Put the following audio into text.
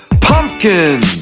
pumpkin